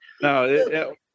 No